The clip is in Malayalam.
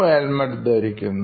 ഹെൽമറ്റ് ധരിക്കുന്നു